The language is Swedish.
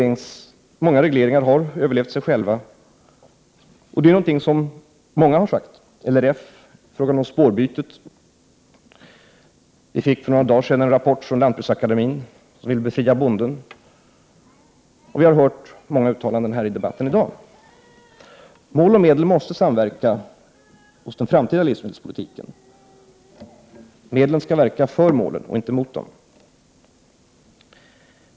Att många regleringar har överlevt sig själva har framhållits av många, bl.a. LRF, och det kom för några dagar sedan en rapport från lantbruksakademien i vilken man säger sig vilja befria bonden. Vi har också hört många uttalanden om detta i debatten här i dag. I den framtida livsmedelspolitiken måste mål och medel samverka. Medlen skall verka för målen och inte mot dem.